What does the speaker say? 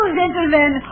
gentlemen